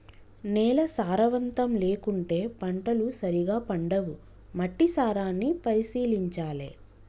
నేల సారవంతం లేకుంటే పంటలు సరిగా పండవు, మట్టి సారాన్ని పరిశీలించాలె